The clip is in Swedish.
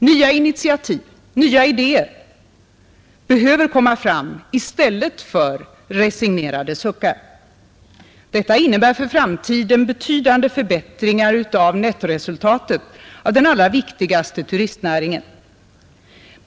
Nya initiativ, nya idéer behöver komma fram i stället för resignerade suckar. Detta innebär för framtiden betydande förbättringar av nettoresultatet av den allra viktigaste turistnäringen.